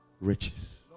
riches